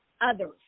others